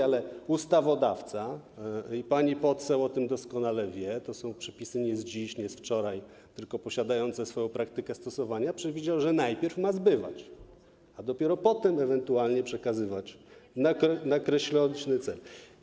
Ale ustawodawca - i pani poseł o tym doskonale wie, to są przepisy nie z dziś, nie z wczoraj, tylko posiadające swoją praktykę stosowania - przewidział, że najpierw ma zbywać, a dopiero potem ewentualnie przekazywać na określony cel.